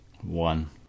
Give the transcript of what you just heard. one